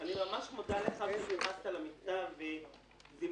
אני ממש מודה לך שהתייחסת למכתב וזימנת